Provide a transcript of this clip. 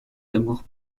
d’amour